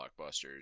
blockbusters